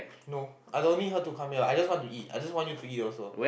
no I don't need her to come here I just want to eat I just want you to eat also